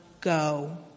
go